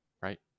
right